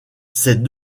ces